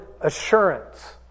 assurance